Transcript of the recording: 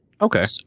Okay